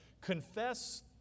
Confess